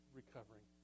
recovering